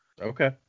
Okay